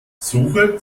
suche